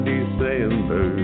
December